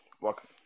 Welcome